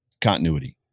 continuity